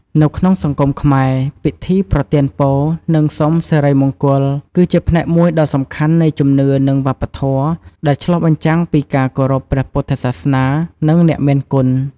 នៅក្នុងសង្គមខ្មែរ ពិធីប្រទានពរនិងសុំសិរីមង្គលគឺជាផ្នែកមួយដ៏សំខាន់នៃជំនឿនិងវប្បធម៌ ដែលឆ្លុះបញ្ចាំងពីការគោរពព្រះពុទ្ធសាសនានិងអ្នកមានគុណ។